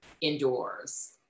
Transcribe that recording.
indoors